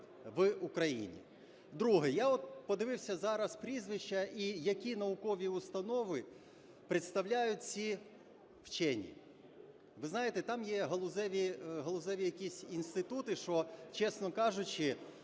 в Україні. Друге. Я от подивився зараз прізвища і які наукові установи представляють ці вчені. Ви знаєте, там є галузеві якісь інститути, що, чесно кажучи,